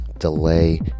delay